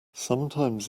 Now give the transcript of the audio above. sometimes